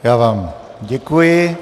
Já vám děkuji.